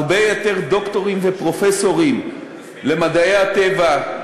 הרבה יותר דוקטורים ופרופסורים למדעי הטבע,